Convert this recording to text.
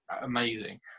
amazing